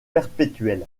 perpétuel